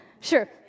Sure